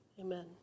Amen